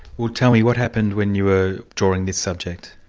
well tell me, what happened when you were drawing this subject,